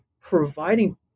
providing